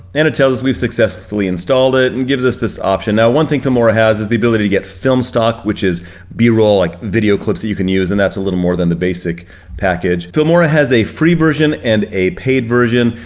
and it tells us we've successfully installed it and gives us this option. now one thing tomorrow has is the ability to get filmstock, which is b-roll like video clips that you can use, and that's a little more than the basic package. filmora has a free version and a paid version.